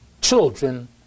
children